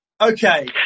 Okay